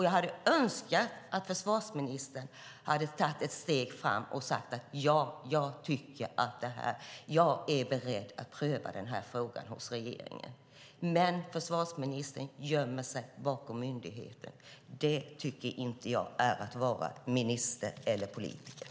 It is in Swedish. Jag hade önskat att försvarsministern hade tagit ett steg fram och sagt: Ja, jag är beredd att pröva denna fråga hos regeringen. Försvarsministern gömmer sig dock bakom myndigheten. Det tycker jag inte är att vara minister - eller politiker.